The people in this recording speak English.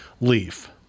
LEAF